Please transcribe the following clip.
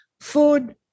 food